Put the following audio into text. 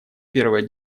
первое